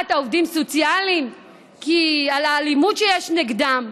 העובדים הסוציאליים על האלימות שיש נגדם.